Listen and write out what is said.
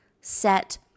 set